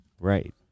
Right